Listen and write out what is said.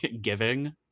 giving